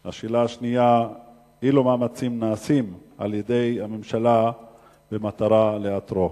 2. אילו מאמצים נעשים על-ידי הממשלה במטרה לאתרו?